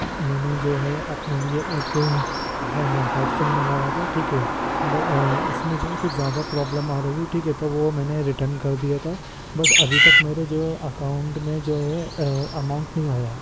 میں نے جو ہے اپنے لئے ایک ہے ہیڈ فون منگایا تھا ٹھیک ہے اس میں جو ہے کچھ زیادہ پرابلم آ رہی ٹھیک ہے تو وہ میں نے ریٹرن کر دیا تھا بٹ ابھی تک میرے جو اکاؤنٹ میں جو ہے اماؤنٹ نہیں آیا